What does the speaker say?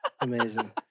Amazing